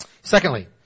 Secondly